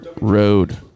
Road